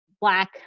Black